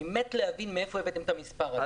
אני מת להבין מאיפה המספר הזה.